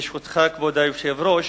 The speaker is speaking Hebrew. ברשותך, כבוד היושב-ראש.